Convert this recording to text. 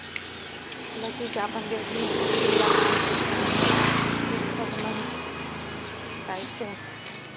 लौकी के अपना देश मे किछु इलाका मे घिया, कद्दू, सजमनि सेहो कहल जाइ छै